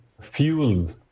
fueled